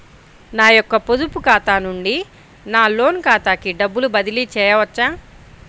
నా యొక్క పొదుపు ఖాతా నుండి నా లోన్ ఖాతాకి డబ్బులు బదిలీ చేయవచ్చా?